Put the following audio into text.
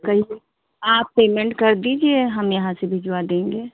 कहिए आप पेमेंट कर दीजिए हम यहाँ से भिजवा देंगे